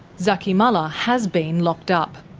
zaky mallah has been locked up.